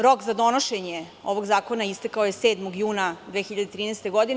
Rok za donošenje ovog zakona istekao je 7. juna 2013. godine.